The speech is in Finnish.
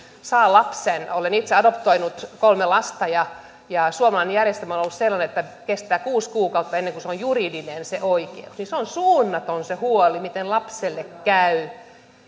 saa lapsen olen itse adoptoinut kolme lasta ja suomalainen järjestelmä on ollut sellainen että kestää kuusi kuukautta ennen kuin se on juridinen se oikeus niin se on suunnaton se huoli miten lapselle käy